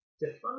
Define